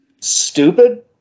stupid